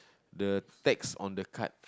the text on the card